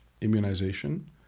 immunization